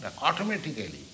automatically